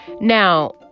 now